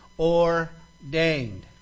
ordained